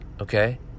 okay